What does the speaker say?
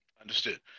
Understood